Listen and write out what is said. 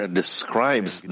describes